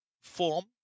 form